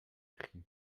cri